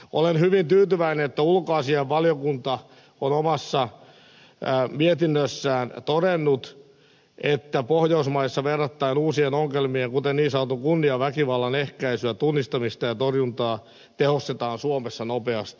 olen hyvin tyytyväinen että ulkoasiainvaliokunta on omassa mietinnössään todennut että pohjoismaissa verrattain uusien ongelmien kuten niin sanotun kunniaväkivallan ehkäisyä tunnistamista ja torjuntaa tehostetaan suomessa nopeasti